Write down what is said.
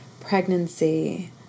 pregnancy